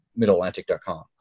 middleatlantic.com